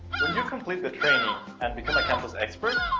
when you complete the training and become a campus expert,